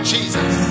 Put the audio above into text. Jesus